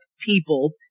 people